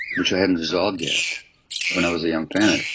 which i hadn't resolved yet when i was a young parent,